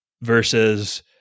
versus